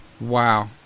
Wow